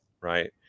right